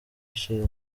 ashes